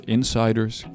Insiders